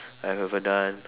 I've ever done